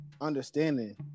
understanding